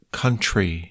country